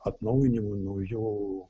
atnaujinimų naujų